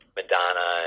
madonna